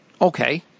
Okay